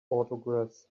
autographs